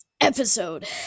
Episode